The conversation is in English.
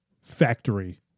factory